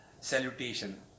salutation